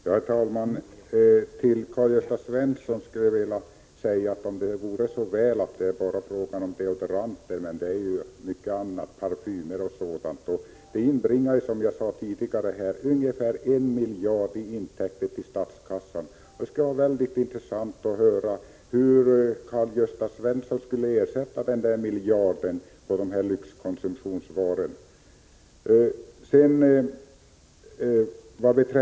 Herr talman! Om det vore så väl att den särskilda varuskatten bara gällde deodoranter, Karl-Gösta Svenson. Men man talar ju om mycket annat, som parfym etc. Som jag tidigare sade inbringar dessa skatter ungefär en miljard i intäkter till statskassan. Hur skulle Karl-Gösta Svenson ersätta den miljard som skatten på dessa lyxkonsumtionsvaror ger?